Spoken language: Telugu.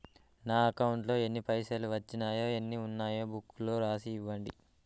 నా అకౌంట్లో ఎన్ని పైసలు వచ్చినాయో ఎన్ని ఉన్నాయో బుక్ లో రాసి ఇవ్వండి?